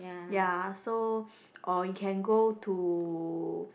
ya so or you can go to